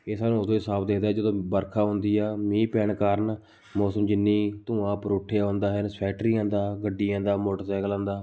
ਇਹ ਸਾਨੂੰ ਉਦੋਂ ਹੀ ਸਾਫ ਦਿਖਦਾ ਹੈ ਜਦੋਂ ਵਰਖਾ ਹੁੰਦੀ ਹੈ ਮੀਂਹ ਪੈਣ ਕਾਰਨ ਮੌਸਮ ਜਿੰਨੀ ਧੂੰਆਂ ਉੱਪਰ ਉੱਠਿਆ ਹੁੰਦਾ ਹੈ ਫੈਕਟਰੀਆਂ ਦਾ ਗੱਡੀਆਂ ਦਾ ਮੋਟਰਸਾਈਕਲਾਂ ਦਾ